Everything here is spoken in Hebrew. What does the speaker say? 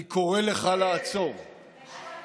אני קורא לך לעצור, תתבייש.